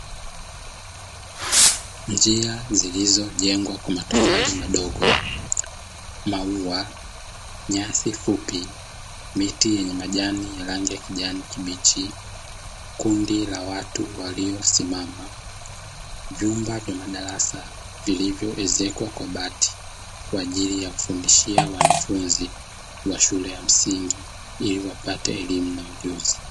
Njia zilizojengwa kwa matofali madogo mauwa, nyasi fupi, miti yenye majani ya rangi ya kijani kibichi kundi la watu waliosimama vyumba vya madarasa vilivyoezekwa kwa bati, kwajili ya kufundishia wanafunzi wa shule ya msingi iliwapate elimu na ujuzi.